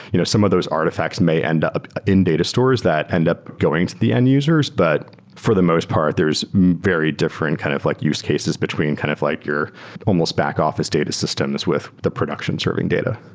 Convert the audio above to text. you know some of those artifacts may end up in data stores that end up going to the end-users. but for the most part, there's very different kind of like use cases between kind of like your almost back-offi ce data systems with the production serving data